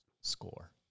score